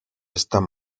están